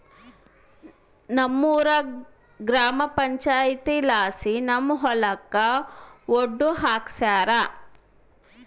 ನಮ್ಮೂರ ಗ್ರಾಮ ಪಂಚಾಯಿತಿಲಾಸಿ ನಮ್ಮ ಹೊಲಕ ಒಡ್ಡು ಹಾಕ್ಸ್ಯಾರ